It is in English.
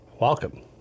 welcome